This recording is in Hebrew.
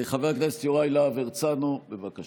חבר הכנסת יוראי להב הרצנו, בבקשה.